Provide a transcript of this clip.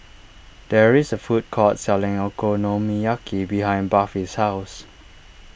there is a food court selling Okonomiyaki behind Buffy's house